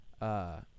Uh-